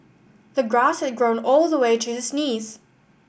the grass had grown all the way to his knees